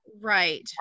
Right